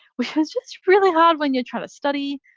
which is just really hard when you're trying to study,